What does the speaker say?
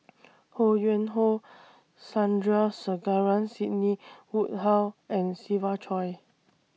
Ho Yuen Hoe Sandrasegaran Sidney Woodhull and Siva Choy